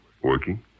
Working